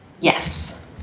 Yes